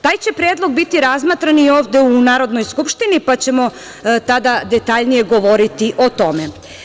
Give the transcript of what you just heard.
Taj će predlog biti razmatran i ovde u Narodnoj skupštini, pa ćemo tada detaljnije govoriti o tome.